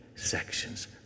Sections